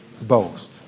boast